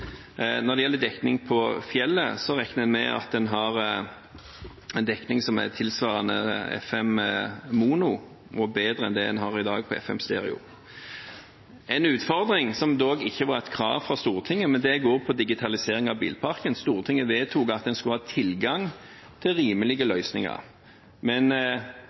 Når det gjelder dekning på fjellet, regner en med at en har en dekning som er tilsvarende FM mono, og bedre enn det en har i dag på FM stereo. En utfordring som dog ikke var et krav fra Stortinget, gjelder digitalisering av bilparken. Stortinget vedtok at en skulle ha tilgang til rimelige løsninger, men